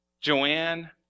Joanne